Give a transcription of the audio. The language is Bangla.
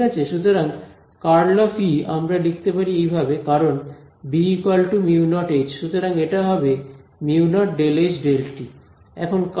সুতরাং ∇× E আমরা লিখতে পারি এইভাবে কারণ B μ0H সুতরাং এটা হবে মাইনাস μ0 ∂H ∂t